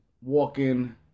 walking